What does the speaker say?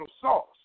sauce